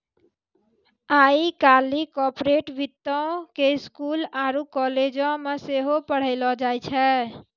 आइ काल्हि कार्पोरेट वित्तो के स्कूलो आरु कालेजो मे सेहो पढ़ैलो जाय छै